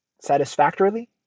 Satisfactorily